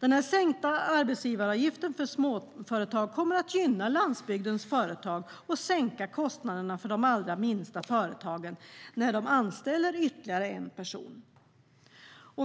Den sänkta arbetsgivaravgiften för småföretag kommer att gynna landsbygdens företag och sänka kostnaderna för de allra minsta företagen när de anställer ytterligare en person.